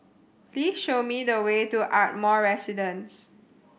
please show me the way to Ardmore Residence